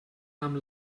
amb